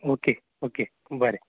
okay okay बरें